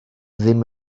ddim